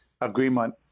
agreement